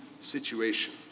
situation